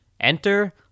Enter